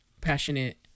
passionate